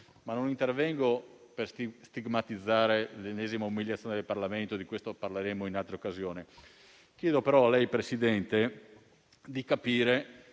Non intervengo per stigmatizzare l'ennesima umiliazione del Parlamento - ne parleremo in un'altra occasione - ma chiedo a lei, Presidente, di capire